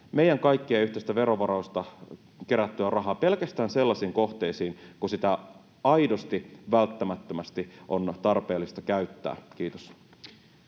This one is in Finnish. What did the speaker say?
meidän kaikkien yhteisistä verovaroista kerättyä rahaa pelkästään sellaisiin kohteisiin, mihin sitä aidosti, välttämättömästi on tarpeellista käyttää. — Kiitos.